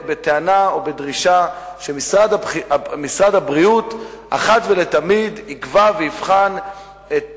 בטענה או בדרישה שמשרד הבריאות יבחן ויקבע אחת